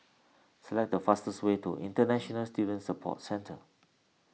select the fastest way to International Student Support Centre